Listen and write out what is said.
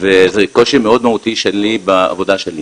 וזה קושי מאוד מהותי בעבודה שלי.